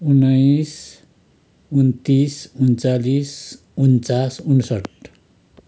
उन्नाइस उन्तिस उन्चालिस उन्चास उन्साठी